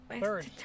Third